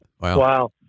Wow